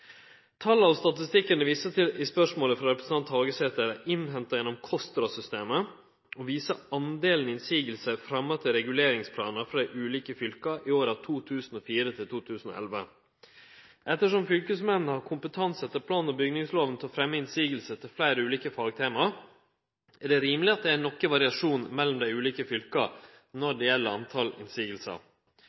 Tala og statistikken ein viser til i spørsmålet frå representanten Hagesæter, er innhenta gjennom KOSTRA-systemet og viser delen motsegner som er fremja til reguleringsplanar frå dei ulike fylka i åra 2004–2011. Ettersom fylkesmennene har kompetanse etter plan- og bygningslova til å fremje motsegner til fleire ulike fagtema, er det rimeleg at det er noko variasjon mellom dei ulike fylka når det gjeld